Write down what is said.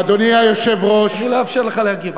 אדוני היושב-ראש, אני לא אאפשר לך להגיב.